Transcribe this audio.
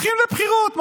הולכים לבחירות,